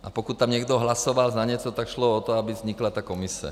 A pokud tam někdo hlasoval na něco, tak šlo o to, aby vznikla ta Komise.